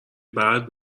بعد